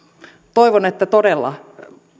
toivon että todella